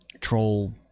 troll